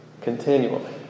continually